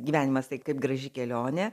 gyvenimas tai kaip graži kelionė